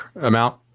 amount